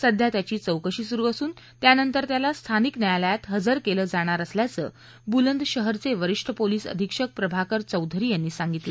सध्या त्याची चौकशी सुरु असून त्यानंतर त्याला स्थानिक न्यायालयात हजर केलं जाणार असल्याचं बुलंदशहरचे वरिष्ठ पोलिस अधिक्षक प्रभाकर चौधरी यांनी सांगितलं